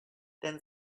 then